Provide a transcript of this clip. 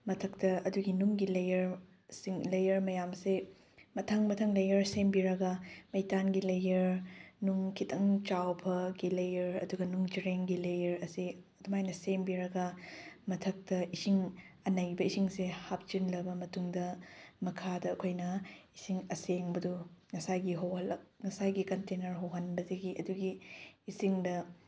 ꯃꯊꯛꯇ ꯑꯗꯨꯒꯤ ꯅꯨꯡꯒꯤ ꯂꯌꯔꯁꯤꯡ ꯂꯌꯔ ꯃꯌꯥꯝꯁꯦ ꯃꯊꯪ ꯃꯊꯪ ꯂꯌꯔ ꯁꯦꯝꯕꯤꯔꯒ ꯃꯩꯇꯥꯟꯒꯤ ꯂꯌꯔ ꯅꯨꯡ ꯈꯤꯇꯪ ꯆꯥꯎꯕꯒꯤ ꯂꯌꯔ ꯑꯗꯨꯒ ꯅꯨꯡꯖ꯭ꯔꯦꯡꯒꯤ ꯂꯌꯔ ꯑꯁꯦ ꯑꯗꯨꯃꯥꯏꯅ ꯁꯦꯝꯕꯤꯔꯒ ꯃꯊꯛꯇ ꯏꯁꯤꯡ ꯑꯅꯩꯕ ꯏꯁꯤꯡꯁꯦ ꯍꯥꯞꯆꯤꯜꯂꯕ ꯃꯇꯨꯡꯗ ꯃꯈꯥꯗ ꯑꯩꯈꯣꯏꯅ ꯏꯁꯤꯡ ꯑꯁꯦꯡꯕꯗꯨ ꯉꯁꯥꯏꯒꯤ ꯉꯁꯥꯏꯒꯤ ꯀꯟꯇꯦꯅꯔ ꯍꯣꯍꯟꯕꯗꯨꯒꯤ ꯑꯗꯨꯒꯤ ꯏꯁꯤꯡꯗ